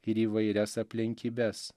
ir įvairias aplinkybes